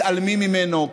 מתעלמים ממנו,